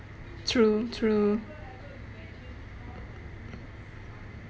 true true